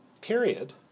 period